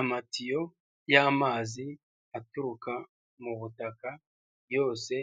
Amatiyo y'amazi aturuka mu butaka yose